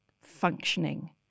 functioning